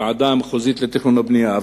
הוועדה המחוזית לתכנון ובנייה,